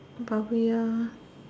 but we are